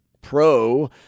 pro